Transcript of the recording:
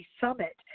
summit